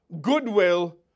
goodwill